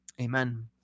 Amen